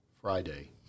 Friday